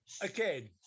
again